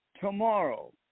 tomorrow